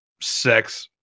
sex